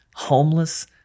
homeless